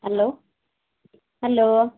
hello hello